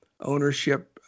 ownership